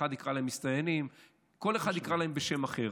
אחר יקרא להם "מסתננים"; כל אחד יקרא להם בשם אחר.